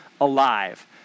alive